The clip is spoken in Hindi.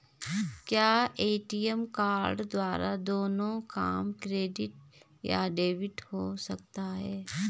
क्या ए.टी.एम कार्ड द्वारा दोनों काम क्रेडिट या डेबिट हो सकता है?